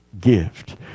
gift